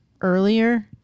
earlier